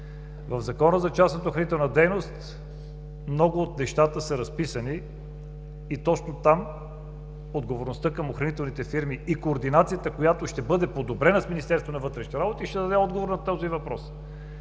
В Закона за частната охранителна дейност много от нещата са разписани и точно там отговорността към охранителните фирми и координацията, която ще бъде подобрена с Министерството на вътрешните работи, ще даде отговор на този въпрос.